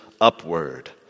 upward